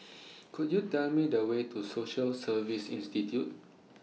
Could YOU Tell Me The Way to Social Service Institute